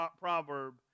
proverb